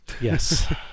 Yes